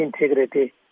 integrity